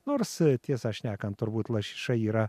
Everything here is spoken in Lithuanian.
nors tiesą šnekant turbūt lašiša yra